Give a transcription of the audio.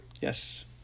Yes